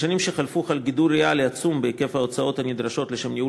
בשנים שחלפו חל גידול ריאלי עצום בהיקף ההוצאות הנדרשות לניהול